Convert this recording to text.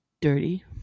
dirty